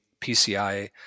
PCI